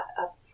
up